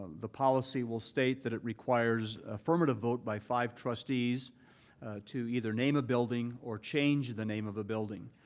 the policy will state that it requires affirmative vote by five trustees to either name a building or change the name of a building,